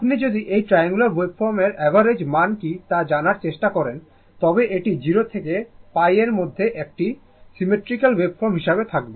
আপনি যদি এই ট্রায়াঙ্গুলার ওয়েভফর্মের অ্যাভারেজ মান কী তা জানার চেষ্টা করেন তবে এটি 0 থেকে π মধ্যে একটি সিমেট্রিক্যাল ওয়েভফর্ম হিসাবে থাকবে